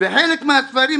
וחלק מהספרים,